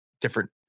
different